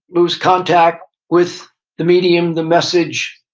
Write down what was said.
lose contact with the medium, the message,